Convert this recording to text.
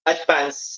Advance